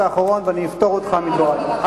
יש,